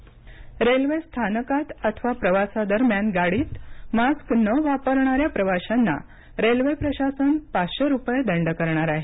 railway दंड railway स्थानकात अथवा प्रवासादरम्यान गाडीत मास्क न वापरणाऱ्या प्रवाशांना रेल्वे प्रशासन पाचशे रुपये दंड करणार आहे